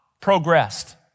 progressed